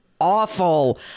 awful